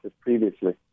previously